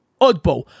Oddball